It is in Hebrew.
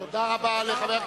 תודה רבה לחבר הכנסת.